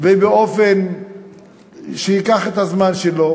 ובאופן שייקח את הזמן שלו?